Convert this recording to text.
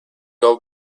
old